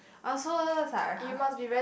also